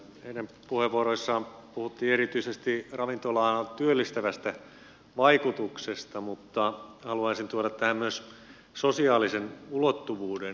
heidän puheenvuoroissaan puhuttiin erityisesti ravintola alan työllistävästä vaikutuksesta mutta haluaisin tuoda tähän myös sosiaalisen ulottuvuuden